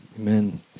Amen